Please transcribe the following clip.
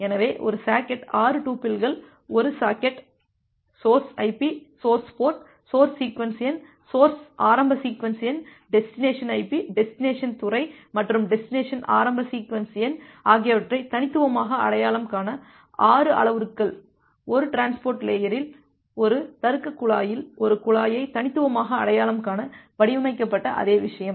எனவே ஒரு சாக்கெட் 6 டூப்பிள்கள் ஒரு socket source IP source port source sequence எண் சோர்ஸ் ஆரம்ப சீக்வென்ஸ் எண் டெஸ்டினேசன் IP டெஸ்டினேசன் துறை மற்றும் டெஸ்டினேசன் ஆரம்ப சீக்வென்ஸ் எண் ஆகியவற்றை தனித்துவமாக அடையாளம் காண 6 அளவுருக்கள் ஒரு டிரான்ஸ்போர்ட் லேயரில் ஒரு தருக்க குழாயில் ஒரு குழாயை தனித்துவமாக அடையாளம் காண வடிவமைக்கப்பட்ட அதே விஷயம்